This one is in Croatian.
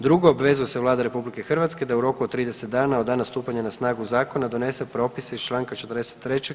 Drugo: Obvezuje se Vlada RH da u roku od 30 dana od dana stupanja na snagu Zakona donese propis iz čl. 43.